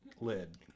lid